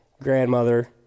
grandmother